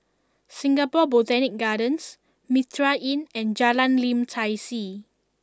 Singapore Botanic Gardens Mitraa Inn and Jalan Lim Tai See